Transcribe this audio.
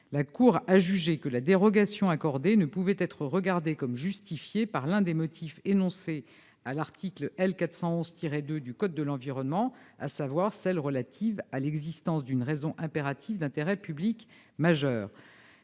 La cour a jugé que la dérogation accordée ne pouvait être regardée comme justifiée par l'un des motifs énoncés à l'article L. 411-2 du code de l'environnement, à savoir celui qui est relatif à l'existence d'une raison impérative d'intérêt public majeur.